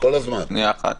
מאילת נכון